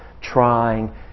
trying